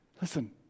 Listen